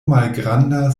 malgranda